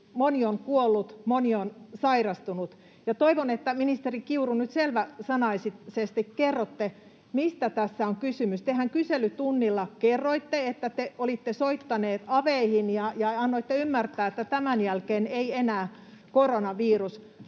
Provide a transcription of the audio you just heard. moni on kuollut, moni on sairastunut — ja toivon, että, ministeri Kiuru, nyt selväsanaisesti kerrotte, mistä tässä on kysymys. Tehän kyselytunnilla kerroitte, että te olitte soittanut aveihin, ja annoitte ymmärtää, että tämän jälkeen ei enää koronavirus